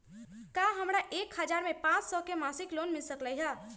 का हमरा के एक हजार पाँच सौ के मासिक लोन मिल सकलई ह?